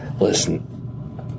Listen